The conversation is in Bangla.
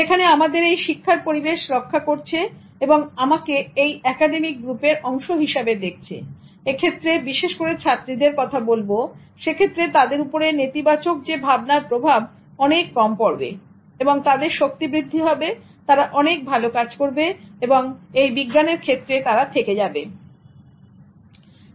যেখানে আমাদের এই শিক্ষার পরিবেশ রক্ষা করছে এবং আমাকে এই একাডেমিক গ্রুপের অংশ হিসেবে দেখছে এক্ষেত্রে বিশেষ করে ছাত্রীদের কথা বলব সেক্ষেত্রে তাদের উপরে নেতিবাচক ভাবনার প্রভাব অনেক কম পড়বে তাদের শক্তি বৃদ্ধি হবে তারা অনেক ভালো কাজ করবে এবং এই ক্ষেত্রে থেকে যাবে অর্থাৎ বিজ্ঞানের ক্ষেত্রে